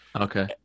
Okay